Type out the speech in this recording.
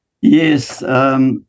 Yes